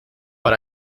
but